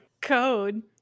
code